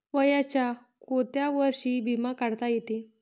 वयाच्या कोंत्या वर्षी बिमा काढता येते?